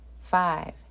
five